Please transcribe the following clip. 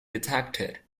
detected